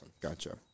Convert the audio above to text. Gotcha